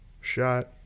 shot